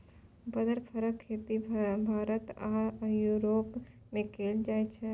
बदर फरक खेती भारत आ युरोप मे कएल जाइ छै